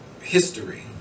history